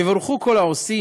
יבורכו כל העושים.